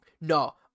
No